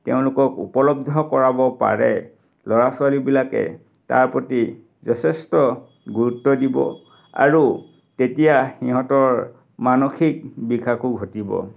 তেওঁলোকক উপলব্ধ কৰাব পাৰে ল'ৰা ছোৱালীবিলাকে তাৰ প্ৰতি যথেষ্ট গুৰুত্ব দিব আৰু তেতিয়া ইহঁতৰ মানসিক বিকাশো ঘটিব